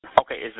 Okay